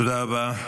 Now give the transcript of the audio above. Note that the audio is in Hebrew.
תודה רבה.